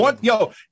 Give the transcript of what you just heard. Yo